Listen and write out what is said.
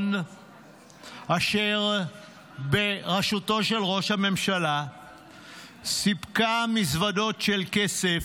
החידלון אשר בראשותו של ראש הממשלה סיפקה מזוודות של כסף,